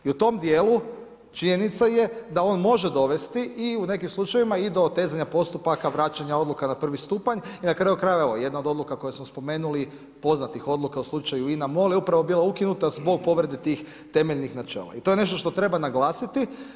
I u tom dijelu činjenica je da on može dovesti i u nekim slučajevima i do otezanja postupaka, vraćanja odluka na prvi stupanj i na kraju krajeva jedna od odluka koje smo spomenuli, poznatih odluka o slučaju INA-MOL je bila upravo ukinuta zbog povrede tih temeljnih načela i to je nešto što treba naglasiti.